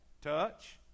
touch